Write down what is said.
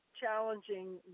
challenging